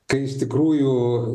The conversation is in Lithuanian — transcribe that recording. kai iš tikrųjų